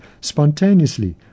spontaneously